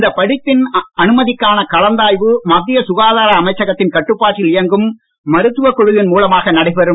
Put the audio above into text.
இந்த படிப்பின் அனுமதிக்கான கலந்தாய்வு மத்திய சுகாதார அமைச்சகத்தின் கட்டுப்பாட்டில் இயங்கும் மருத்துவ குழுவின் மூலமாக நடைபெறும்